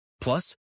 Plus